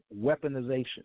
weaponization